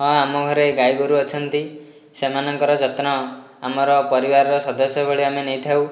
ହଁ ଆମ ଘରେ ଗାଈ ଗୋରୁ ଅଛନ୍ତି ସେମାନଙ୍କର ଯତ୍ନ ଆମର ପରିବାରର ସଦସ୍ୟ ଭଳି ଆମେ ନେଇଥାଉ